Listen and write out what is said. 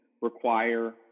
require